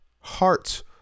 hearts